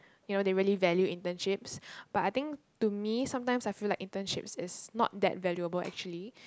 you know they really value internships but I think to me sometimes I feel like internships is not that valuable actually